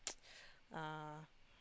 uh